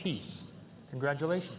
peace congratulations